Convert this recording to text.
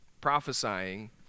prophesying